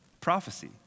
prophecy